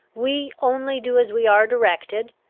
we only do as we are directed.